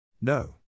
No